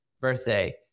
birthday